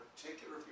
particular